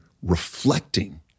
reflecting